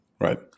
Right